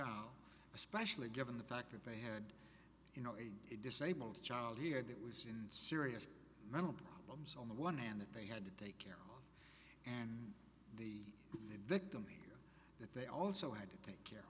child especially given the fact that they had you know a disabled child here that was in serious mental problems on the one hand that they had to take and the victim here that they also had to take